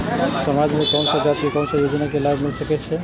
समाज में कोन सा जाति के कोन योजना के लाभ मिल सके छै?